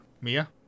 Mia